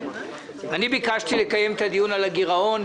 אני ביקשתי לקיים את הדיון על הגרעון,